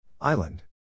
Island